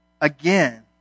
again